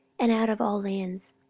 and out of all lands.